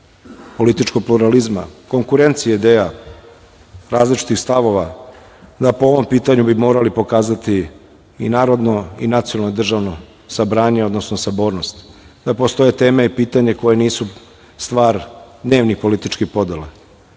političkog pluralizma, konkurencije ideja, različitih stavova, da po ovom pitanju bi morali pokazati i narodno i nacionalno i državno sabranje, odnosno sabornost, da postoje teme i pitanja koja nisu stvar dnevnih političkih podela